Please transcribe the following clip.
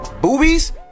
boobies